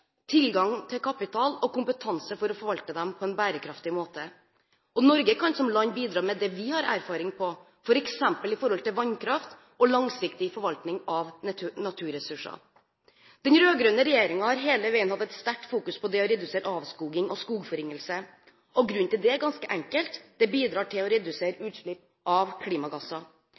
tilgang til kapital og kompetanse for å forvalte dem på en bærekraftig måte. Norge kan som land bidra med det vi har erfaring på, f.eks. i forhold til vannkraft og langsiktig forvaltning av naturressurser. Den rød-grønne regjeringen har hele veien hatt et sterkt fokus på det å redusere avskoging og skogforringelse. Grunnen til det er ganske enkel: Det bidrar til å redusere utslipp av klimagasser.